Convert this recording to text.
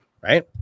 right